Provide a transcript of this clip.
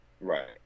Right